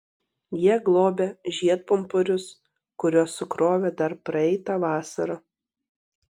jie globia žiedpumpurius kuriuos sukrovė dar praeitą vasarą